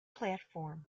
platform